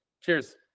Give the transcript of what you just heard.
Cheers